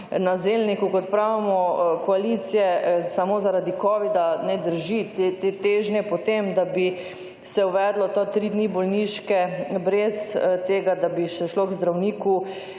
na zeljniku, kot pravimo, koalicije samo zaradi covida, ne drži. Te težnje po tem, da bi se uvedlo ta tri dni bolniške brez tega, da bi se šlo k zdravniku,